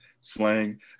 slang